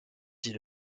dit